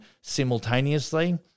simultaneously